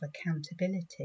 accountability